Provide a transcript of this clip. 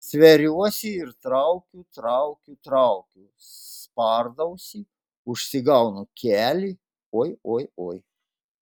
stveriuosi ir traukiu traukiu traukiu spardausi užsigaunu kelį oi oi oi